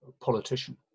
politician